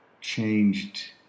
changed